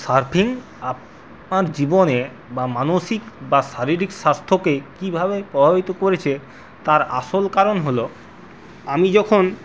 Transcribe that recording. surfing আপনার জীবনে বা মানসিক বা শারীরিক স্বাস্থ্যকে কীভাবে প্রভাবিত করেছে তার আসল কারণ হল আমি যখন